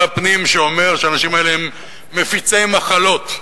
הפנים שאומר שהאנשים האלה הם מפיצי מחלות.